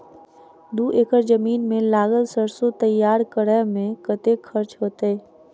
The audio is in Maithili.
दू एकड़ जमीन मे लागल सैरसो तैयार करै मे कतेक खर्च हेतै?